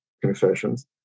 confessions